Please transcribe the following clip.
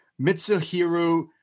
Mitsuhiro